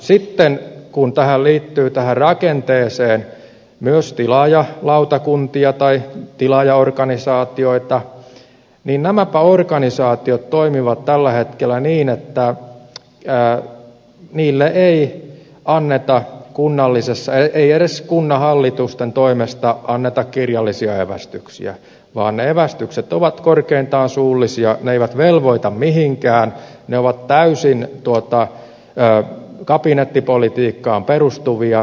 sitten kun tähän rakenteeseen liittyy myös tilaajalautakuntia tai tilaajaorganisaatioita niin nämäpä organisaatiot toimivat tällä hetkellä niin että niille ei anneta edes kunnanhallitusten toimesta kirjallisia evästyksiä vaan ne evästykset ovat korkeintaan suullisia ne eivät velvoita mihinkään ne ovat täysin kabinettipolitiikkaan perustuvia